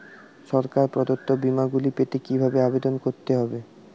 সরকার প্রদত্ত বিমা গুলি পেতে কিভাবে আবেদন করতে হবে?